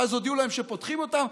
ואז הודיעו להם שפותחים אותם.